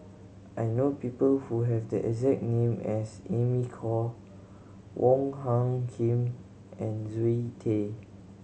I know people who have the exact name as Amy Khor Wong Hung Khim and Zoe Tay